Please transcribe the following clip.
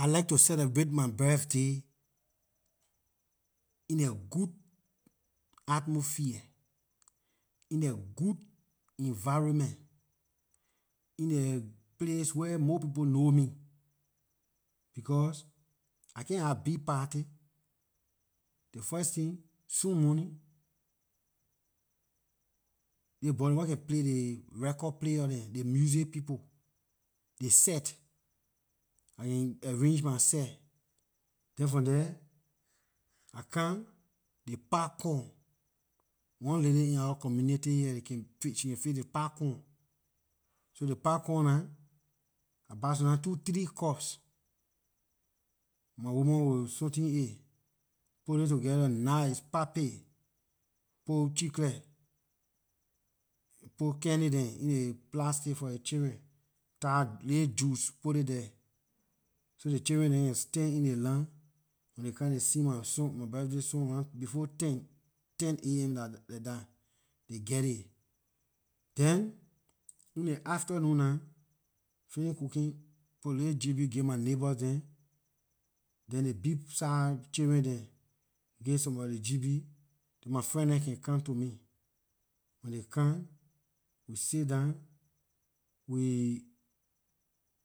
I like to celebrate my birthday in a good atmosphere in a environment in a place where more people know me because I cant have big party ley first tin soon morning ley boy neh wer can play ley record player neh ley music people ley set I can arrange my seh then from there I come ley popcorn one lady in our community here ley can she can fix ley popcorn so ley popcorn nah I buy some time two three cups my woman will something aay put it together nice pop it put chitclear put candy dem in ley plastic for ley children tie ley juice put it there so ley childern neh can stand in ley line when ley come ley sing my song my birthday song round before ten ten am like dah ley geh it then in ley afternoon nah fini cooking put ley gb give my neighbors dem then ley big size children dem give sommor ley gb till my friend dem can come to me when they come we sit down we